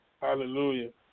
Hallelujah